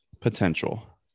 potential